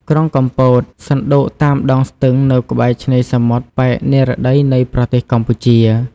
ក្រុងកំពត សណ្តូកតាមដងស្ទឹង នៅក្បែរឆ្នេរសមុទ្រប៉ែកនិរតីនៃប្រទេសកម្ពុជា។